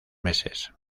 meses